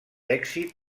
èxit